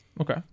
Okay